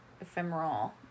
ephemeral